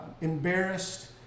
embarrassed